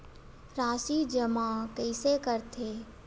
राशि जमा कइसे करथे?